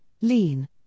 lean